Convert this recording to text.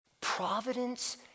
Providence